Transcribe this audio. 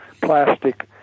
plastic